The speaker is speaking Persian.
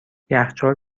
یخچال